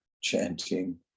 chanting